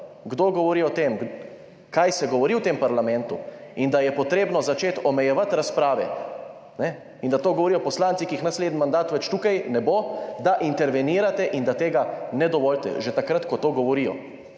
kdo govori o tem, kaj se govori v tem parlamentu in da je potrebno začeti omejevati razprave, in da to govorijo poslanci, ki jih naslednji mandat tukaj ne bo več, da intervenirate in da tega ne dovolite, že takrat, ko to govorijo.